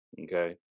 okay